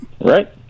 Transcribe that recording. Right